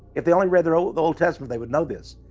if they only read their old old testament, they would know this.